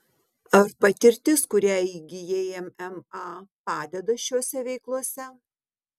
ar patirtis kurią įgijai mma padeda šiose veiklose